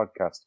podcast